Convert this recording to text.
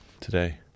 today